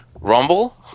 rumble